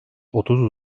otuz